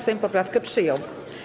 Sejm poprawkę przyjął.